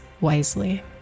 wisely